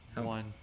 One